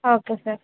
okay sir